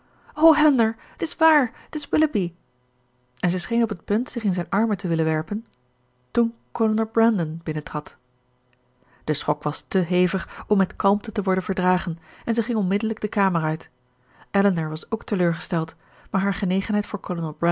t is waar het is willoughby en zij scheen op het punt zich in zijn armen te willen werpen toen kolonel brandon binnentrad de schok was te hevig om met kalmte te worden verdragen en zij ging onmiddellijk de kamer uit elinor was ook teleurgesteld maar haar genegenheid voor